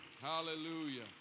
Hallelujah